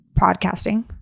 podcasting